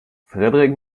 fredrik